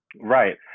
Right